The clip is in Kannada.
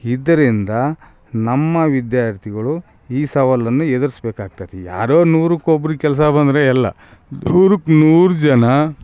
ಇದರಿಂದ ನಮ್ಮ ವಿದ್ಯಾರ್ಥಿಗಳು ಈ ಸವಾಲನ್ನು ಎದುರಿಸ್ಬೇಕಾಗ್ತತಿ ಯಾರೋ ನೂರುಕ್ಕೆ ಒಬ್ಬರು ಕೆಲಸ ಬಂದರೆ ಎಲ್ಲ ನೂರುಕ್ಕೆ ನೂರು ಜನ